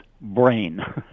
brain